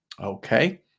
Okay